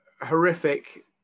horrific